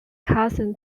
cousin